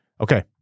Okay